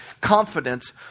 confidence